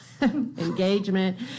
engagement